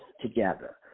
together